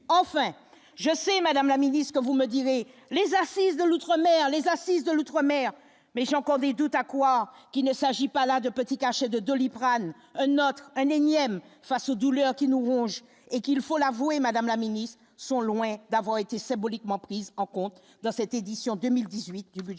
enfin je sais, Madame la Ministre, que vous me direz : les assises de l'Outre-mer, les assises de l'outre-mer, mais j'ai encore des doutes, à croire qu'il ne s'agit pas là de petits cachets de Doliprane, un autre un énième face aux douleurs qui nous ronge et qu'il faut l'avouer, Madame la Ministre, sont loin d'avoir été symboliquement prises en compte dans cette édition 2018 du budget